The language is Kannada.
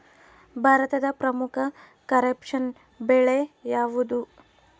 ಭಾರತದ ಪ್ರಮುಖ ಖಾರೇಫ್ ಬೆಳೆ ಯಾವುದು?